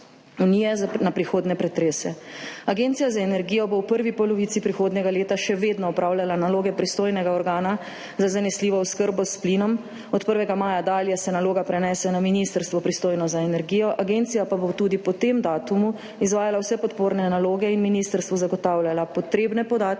Unije na prihodnje pretrese. Agencija za energijo bo v prvi polovici prihodnjega leta še vedno opravljala naloge pristojnega organa za zanesljivo oskrbo s plinom. Od 1. maja dalje se naloga prenese na ministrstvo, pristojno za energijo, agencija pa bo tudi po tem datumu izvajala vse podporne naloge in ministrstvu zagotavljala potrebne podatke